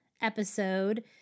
episode